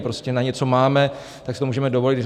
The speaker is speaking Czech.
Prostě na něco máme, tak si to můžeme dovolit.